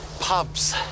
Pubs